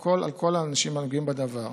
על כל האנשים הנוגעים בדבר,